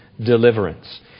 deliverance